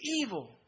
evil